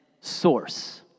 source